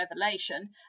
revelation